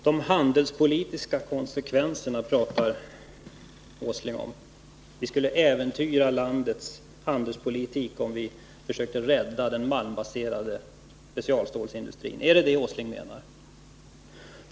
Herr talman! Nils Åsling talar om de handelspolitiska konsekvenserna och säger att vi skulle äventyra landets handelspolitik, om vi försökte rädda den malmbaserade specialstålsindustrin. Är det detta som Nils Åsling menar?